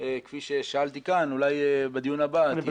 כפי ששאלתי כאן, אולי בדיון הבא תהיה עמדה אחרת.